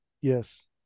Yes